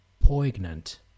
poignant